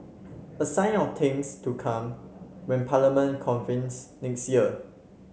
a sign of things to come when Parliament convenes next year